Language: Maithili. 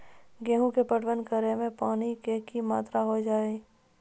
गेहूँ के पटवन करै मे पानी के कि मात्रा होय केचाही?